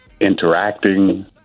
interacting